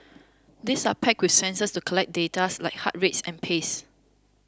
these are packed with sensors to collect data like heart rates and paces